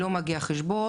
לא מגיע חשבון.